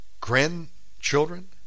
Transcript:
grandchildren